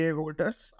voters